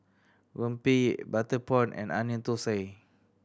rempeyek butter prawn and Onion Thosai